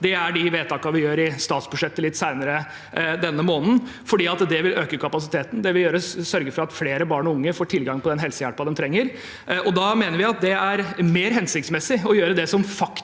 Det er de vedtakene vi gjør i statsbudsjettet litt seinere denne måneden, for det vil øke kapasiteten, og det vil sørge for at flere barn og unge får tilgang til den helsehjelpen de trenger. Vi mener at det er mer hensiktsmessig å gjøre det som faktisk